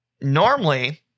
normally